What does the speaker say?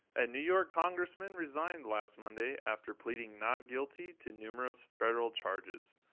a new york congressman resigned last monday after pleading not guilty to numerous federal charges.